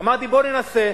אמרתי, בוא ננסה.